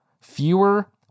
Fewer